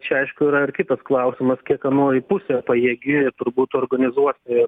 čia aišku yra ir kitas klausimas kiek anoji pusė pajėgi turbūt organizuoti